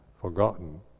forgotten